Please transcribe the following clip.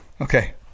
Okay